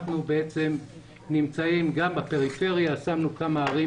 אנחנו נמצאים גם בפריפריה ושמנו כמה ערים